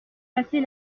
passer